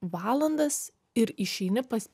valandas ir išeini pas